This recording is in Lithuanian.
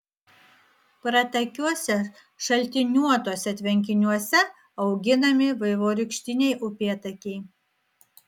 pratakiuose šaltiniuotuose tvenkiniuose auginami vaivorykštiniai upėtakiai